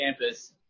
campus